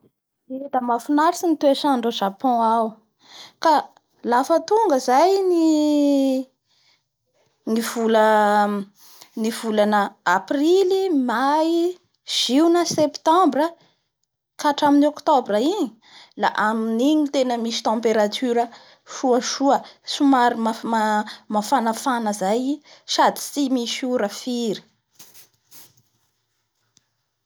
Eee! Da mafinaritsy ny toetrandro a Japon ao Ka lafa tonga zay ny vola-ny volana Aprily May Ziona Septembra ka hatramin'ny Octobra igny la amin'igny no tena misy< > temperature soasoa somary mafanafana zay i sady tsy misy ora firy.